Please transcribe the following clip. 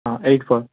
ହଁ eight four